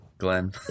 Glenn